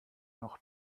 noch